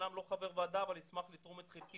אמנם לא חבר ועדה אבל אשמח לתרום את חלקי